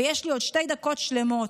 ויש לי עוד שתי דקות שלמות.